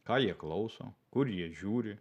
ką jie klauso kur jie žiūri